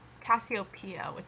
cassiopeia